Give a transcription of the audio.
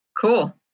Cool